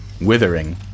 withering